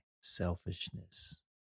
selfishness